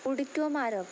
उडक्यो मारप